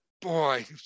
boy